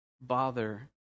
bother